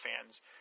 fans